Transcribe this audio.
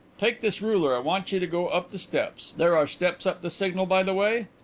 take this ruler. i want you to go up the steps there are steps up the signal, by the way?